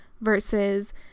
versus